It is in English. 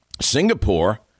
Singapore